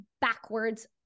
backwards